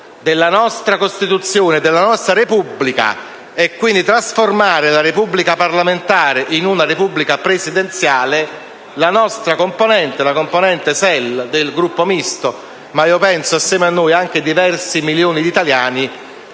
della nostra Costituzione e della nostra Repubblica trasformando la Repubblica parlamentare in una Repubblica presidenziale, la componente SEL del Gruppo Misto (ma io penso insieme a noi anche diversi milioni di italiani)